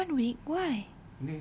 !huh! one week why